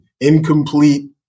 Incomplete